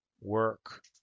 work